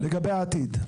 לגבי העתיד.